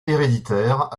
héréditaire